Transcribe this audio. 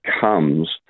comes